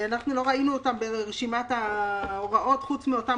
לא ראינו אותם ברשימת ההוראות חוץ מאותן